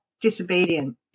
disobedient